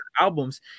albums